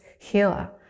healer